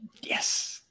Yes